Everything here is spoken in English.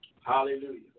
Hallelujah